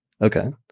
Okay